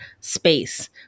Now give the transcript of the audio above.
space